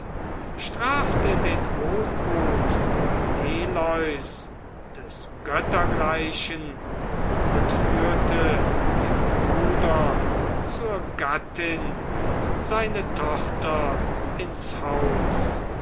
strafte den hochmut neleus des göttergleichen und führte dem bruder zur gattin seine tochter ins haus